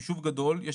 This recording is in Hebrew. יישוב גדול,